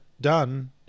done